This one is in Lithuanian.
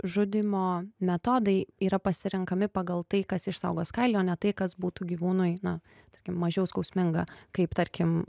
žudymo metodai yra pasirenkami pagal tai kas išsaugos kailį o ne tai kas būtų gyvūnui na tarkim mažiau skausminga kaip tarkim